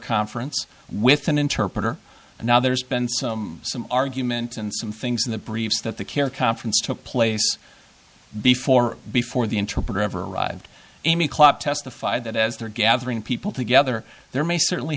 conference with an interpreter and now there's been some some argument and some things in the briefs that the care conference took place before before the interpreter ever arrived amy klopp testified that as they're gathering people together there may certainly